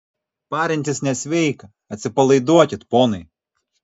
parintis nesveika atsipalaiduokit ponai